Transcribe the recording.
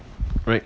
right